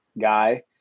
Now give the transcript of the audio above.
guy